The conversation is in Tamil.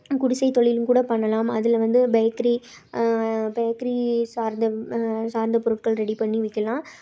குடிசை தொழில் கூட பண்ணலாம் அதில் வந்து பேக்கிரி பேக்கிரி சார்ந்த சார்ந்த பொருட்கள் ரெடி பண்ணி விற்கலாம்